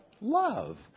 love